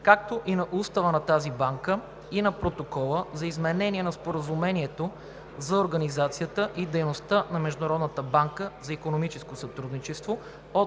както и на Устава на тази банка и на Протокола за изменение на Споразумението за организацията и дейността на Международната банка за икономическо сътрудничество от